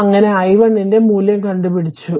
അങ്ങിനെ i1 ന്റെ മൂല്യം കണ്ടു പിടിച്ചു